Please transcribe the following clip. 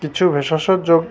কিছু ভেষজ যোগ